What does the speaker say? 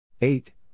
Eight